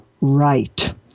right